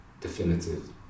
definitive